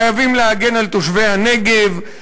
חייבים להגן על תושבי הנגב,